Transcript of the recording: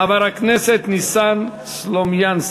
אין נמנעים.